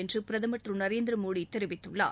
என்று பிரதமர் திரு நரேந்திரமோடி தெரிவித்துள்ளார்